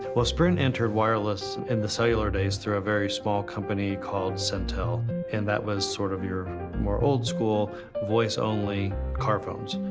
well sprint entered wireless in the cellular days through a very small company called centel and that was sort of your more old school voice only car phones.